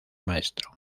maestro